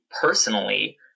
personally